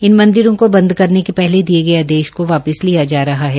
इन मंदिरों को बंद करने के पहले दिए गए आदेश को वापिस लिया जा रहा है